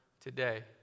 today